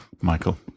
Michael